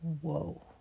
Whoa